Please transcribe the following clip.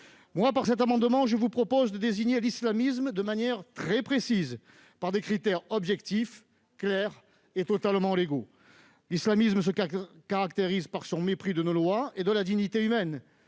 Avec cet amendement, je vous propose de désigner l'islamisme de manière très précise, sur le fondement de critères objectifs, clairs et totalement légaux. L'islamisme se caractérise par son mépris de nos lois et de la dignité humaine.